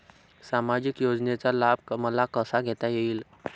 सामाजिक योजनेचा लाभ मला कसा घेता येईल?